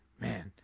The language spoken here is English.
man